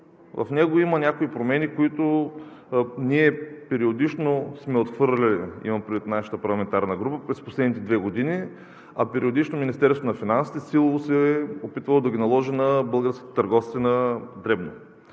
В него има някои промени, които ние периодично сме отхвърляли, имам предвид нашата парламентарна група, през последните две години, а периодично Министерството на финансите силово се е опитвало да ги наложи на българските търговци на дребно.